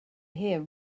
hear